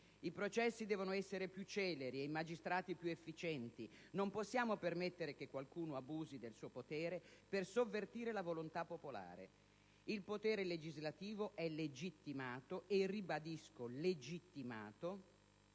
I processi devono essere più celeri e i magistrati più efficienti. Non possiamo permettere che qualcuno abusi del suo potere per sovvertire la volontà popolare. Il potere legislativo è legittimato - e ribadisco legittimato